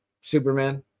Superman